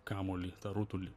kamuolį tą rutulį